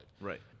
Right